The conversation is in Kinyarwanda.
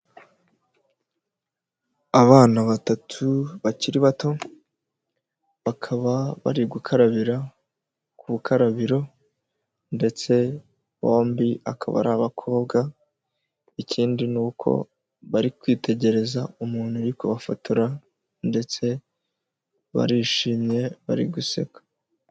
Abana batatu bakiri bato bakaba bari gukarabira ku rukarabiro ndetse bombi akaba ari abakobwa ikindi ni uko bari kwitegereza umuntu uri kubafotora ndetse barishimye bari guseka.